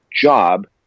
job